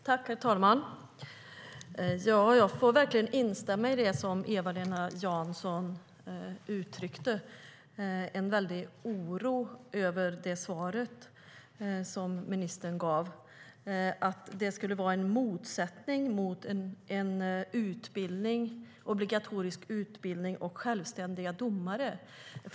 Herr talman! Jag får verkligen instämma i den oro Eva-Lena Jansson uttryckte över svaret som ministern gav, att det skulle finnas en motsättning mellan en obligatorisk utbildning och självständiga domare.